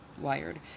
wired